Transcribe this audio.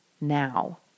now